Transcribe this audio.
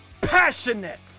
passionate